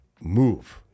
move